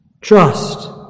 Trust